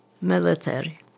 military